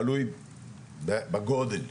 תלוי בגודל.